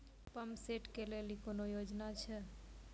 Pump set केलेली कोनो योजना छ?